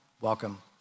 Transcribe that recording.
welcome